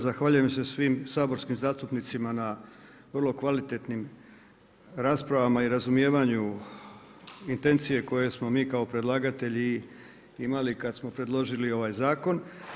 Zahvaljujem se svim saborskim zastupnicima na vrlo kvalitetnim raspravama i razumijevanju intencije koje smo mi kao predlagatelji imali kad smo predložili ovaj zakon.